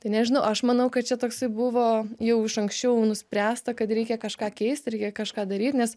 tai nežinau aš manau kad čia toksai buvo jau iš anksčiau nuspręsta kad reikia kažką keist reikia kažką daryt nes